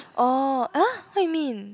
orh ah what you mean